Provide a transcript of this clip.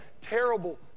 terrible